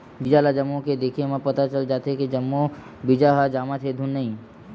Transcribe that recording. बीजा ल जमो के देखे म पता चल जाथे के जम्मो बीजा ह जामत हे धुन नइ